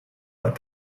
but